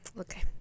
Okay